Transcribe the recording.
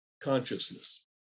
consciousness